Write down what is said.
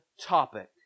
topic